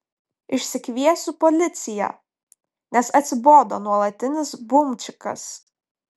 išsikviesiu policiją nes atsibodo nuolatinis bumčikas